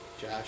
Josh